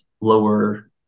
lower